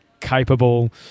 capable